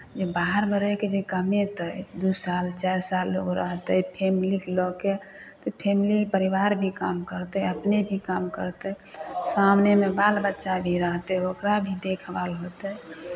जे बाहरमे रहि कऽ जे कमेतै दू साल चारि साल लोक रहतै फैमिलीकेँ लऽ कऽ तऽ फैमिली परिवार भी काम करतै अपने भी काम करतै सामनेमे बाल बच्चा भी रहतै ओकरा भी देखभाल होतै